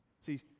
See